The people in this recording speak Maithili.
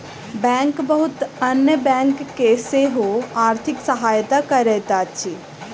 बैंक बहुत अन्य बैंक के सेहो आर्थिक सहायता करैत अछि